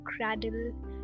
cradle